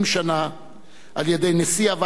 על-ידי נשיא הוועד האולימפי העולמי,